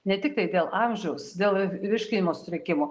ne tiktai dėl amžiaus dėl virškinimo sutrikimų